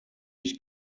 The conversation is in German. ich